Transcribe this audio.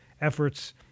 efforts